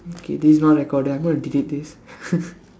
okay this not recorded I'm going to delete this